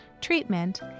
treatment